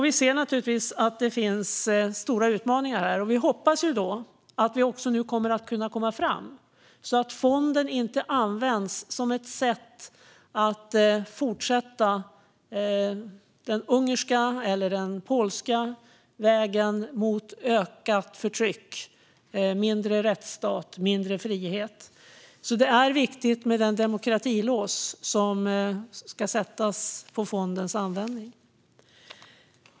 Vi ser att det finns stora utmaningar här. Vi hoppas att vi ska kunna komma fram, så att fonden inte används som ett sätt att fortsätta på den ungerska eller den polska vägen mot ökat förtryck, mindre rättsstat och mindre frihet. Det är alltså viktigt med det demokratilås som ska sättas på fondens användning.